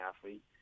athlete